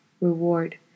reward